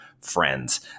friends